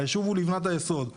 הישוב הוא לבנת היסוד.